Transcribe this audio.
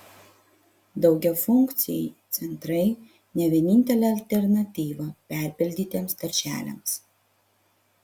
daugiafunkciai centrai ne vienintelė alternatyva perpildytiems darželiams